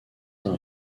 d’un